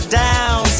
down